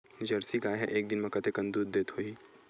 Jersey गाय ह एक दिन म कतेकन दूध देत होही?